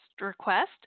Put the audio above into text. request